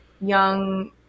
young